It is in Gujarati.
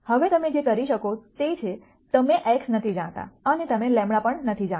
હવે તમે જે કરી શકો તે છે તમે x નથી જાણતા અને તમે λ પણ નથી જાણતા